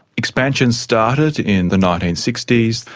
expansion started in the nineteen sixty s.